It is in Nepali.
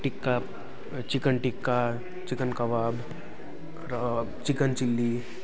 tikka chicken tikka chicken kebab र चिकन चिल्ली